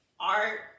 art